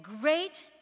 great